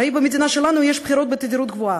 הרי במדינה שלנו יש בחירות בתדירות גבוהה,